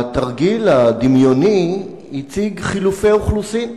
התרגיל הדמיוני הציג חילופי אוכלוסין.